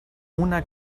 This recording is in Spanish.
una